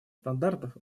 стандартов